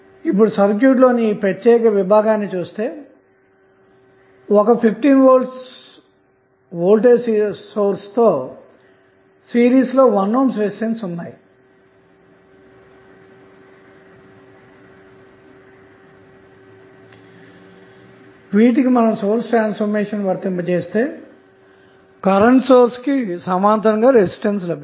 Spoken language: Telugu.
ఇప్పుడు సర్క్యూట్ లోని ఈ ప్రత్యేక విభాగాన్ని చూస్తే ఒక 15 V వోల్టేజ్ సోర్స్ తో సిరీస్ లో 1 ohm రెసిస్టెన్స్ ఉన్నాయి వీటికి సోర్స్ ట్రాన్స్ఫార్మేషన్ ను వర్తిస్తే కరెంటు సోర్స్ కి సమాంతరంగా రెసిస్టెన్స్ లభిస్తుంది